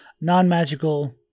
...non-magical